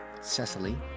Cecily